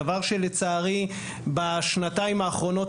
דבר שלצערי, הפסיק בשנתיים האחרונות.